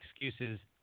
excuses